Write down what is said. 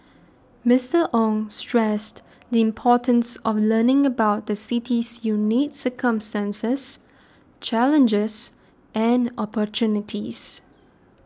Mister Ong stressed the importance of learning about the city's unique circumstances challenges and opportunities